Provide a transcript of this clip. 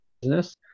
Business